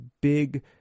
big